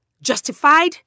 justified